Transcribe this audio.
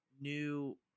new